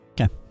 Okay